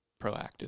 proactive